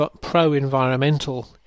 pro-environmental